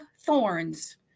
thorns